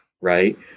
right